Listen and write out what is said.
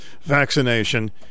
vaccination